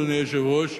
אדוני היושב-ראש,